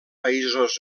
països